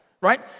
right